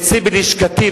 אצלי בלשכתי,